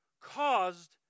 caused